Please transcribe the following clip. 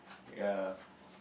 ya